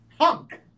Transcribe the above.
Hunk